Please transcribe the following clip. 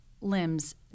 limbs